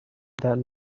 that